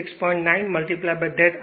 9 that R e 1 is 0